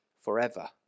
forever